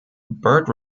bird